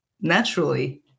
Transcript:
naturally